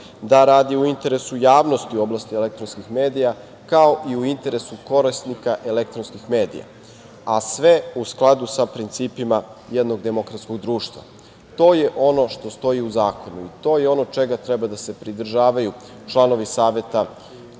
da radi u interesu javnosti u oblasti elektronskih medija, kao i u interesu korisnika elektronskih medija, a sve u skladu sa principima jednog demokratskog društva. To je ono što stoji u zakonu i to je ono čega treba da se pridržavaju članovi Saveta